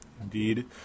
Indeed